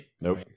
nope